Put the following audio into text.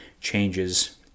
changes